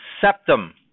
septum